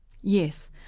Yes